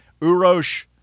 Urosh